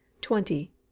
twenty